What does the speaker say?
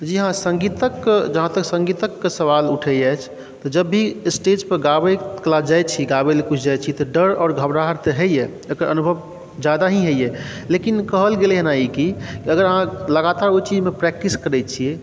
जी हाँ सङ्गीतक जहाँ तक सङ्गीतक सवाल उठै अछि जब भी स्टेजपर गाबैत कला जाइ छी गाबैलए कुछ जाइ छी तऽ डर आओर घबराहट तऽ होइए एकर अनुभव ज्यादा ही होइए लेकिन कहल गेल हँ कि अगर अहाँ लगातार ओहि चीजमे प्रैक्टिस करै छिए